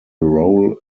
role